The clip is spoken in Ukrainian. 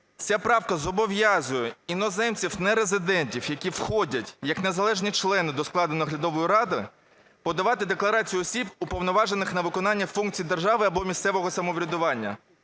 Ця правка зобов'язує іноземців нерезидентів, які входять як незалежні члени до складу наглядової ради, подавати декларацію осіб, уповноважених на виконання функцій держави або місцевого самоврядування.